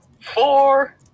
Four